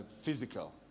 physical